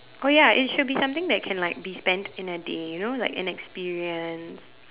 oh ya it should be something that can like be spent in a day you know like an experience